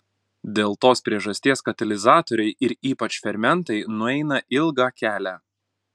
dėl tos priežasties katalizatoriai ir ypač fermentai nueina ilgą kelią